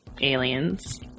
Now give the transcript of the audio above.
Aliens